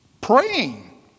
praying